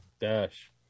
dash